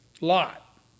Lot